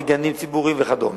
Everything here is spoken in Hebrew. לגנים ציבוריים וכדומה.